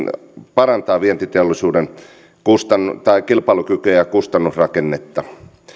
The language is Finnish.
parantavat vientiteollisuuden kilpailukykyä ja kustannusrakennetta